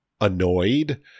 annoyed